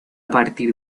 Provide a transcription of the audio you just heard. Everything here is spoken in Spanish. partir